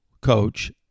coach